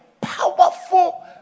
powerful